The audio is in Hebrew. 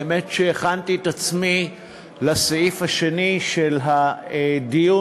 האמת שהכנתי את עצמי לסעיף השני של הדיון,